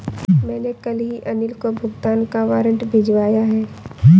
मैंने कल ही अनिल को भुगतान का वारंट भिजवाया है